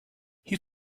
you